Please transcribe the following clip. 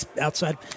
outside